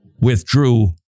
withdrew